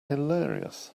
hilarious